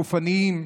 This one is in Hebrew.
גופניים,